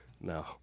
No